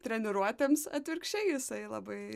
treniruotėms atvirkščiai jisai labai